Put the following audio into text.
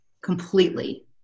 completely